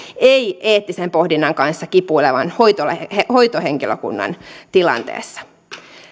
ei eettisen pohdinnan kanssa kipuilevan hoitohenkilökunnan tilanteessa